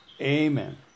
amen